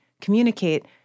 communicate